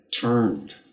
turned